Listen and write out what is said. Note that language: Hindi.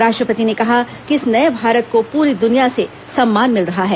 राष्ट्रपति ने कहा कि इस नए भारत को पूरी दुनिया से सम्मान मिल रहा है